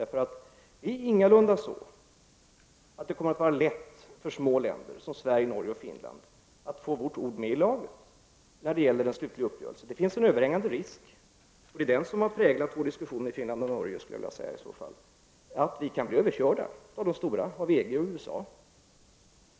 Det kommer nämligen ingalunda att vara lätt för små länder som Sverige, Norge och Finland att få ett ord med i laget när det gäller den slutliga uppgörelsen. Det finns en överhängande risk — och det är den som har präglat våra diskussioner med Finland och Norge, skulle jag vilja säga — för att vi skall bli överkörda, som man säger, av de stora i sammanhanget, alltså av EG och USA.